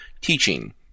teaching